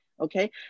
Okay